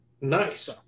Nice